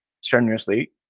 strenuously